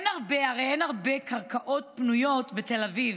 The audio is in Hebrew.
הרי אין הרבה קרקעות פנויות בתל אביב,